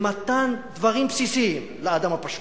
במתן דברים בסיסיים לאדם הפשוט.